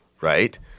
right